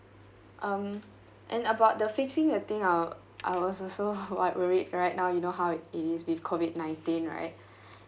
um and about the fixing the thing I wa~ I was also quite worried right now you know how it is with COVID nineteen right